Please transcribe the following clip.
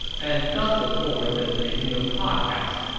and thus was born the three kingdoms podcast.